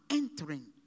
entering